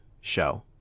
show